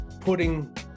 putting